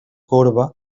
corba